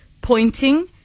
pointing